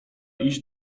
iść